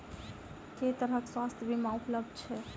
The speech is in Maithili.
केँ तरहक स्वास्थ्य बीमा उपलब्ध छैक?